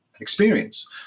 experience